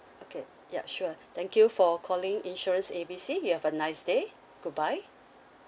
okay ya sure thank you for calling insurance A B C you have a nice day goodbye